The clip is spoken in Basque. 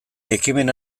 ekimen